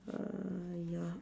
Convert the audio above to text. uh ya